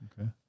Okay